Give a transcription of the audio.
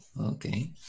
Okay